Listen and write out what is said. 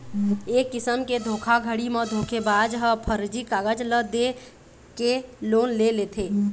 ए किसम के धोखाघड़ी म धोखेबाज ह फरजी कागज ल दे के लोन ले लेथे